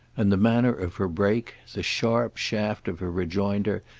and the manner of her break, the sharp shaft of her rejoinder,